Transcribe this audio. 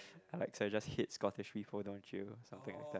Alexa just hit scottish don't you something like that